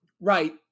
right